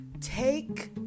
take